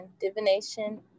divination